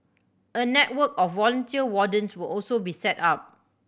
a network of volunteer wardens will also be set up